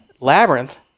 Labyrinth